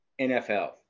NFL